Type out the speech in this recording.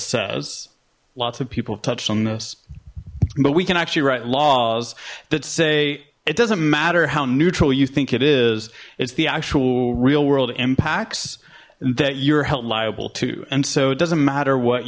says lots of people touched on this but we can actually write laws that say it doesn't matter how neutral you think it is it's the actual real world impacts that you're held liable to and so it doesn't matter what